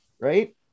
right